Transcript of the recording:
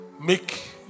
Make